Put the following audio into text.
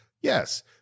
Yes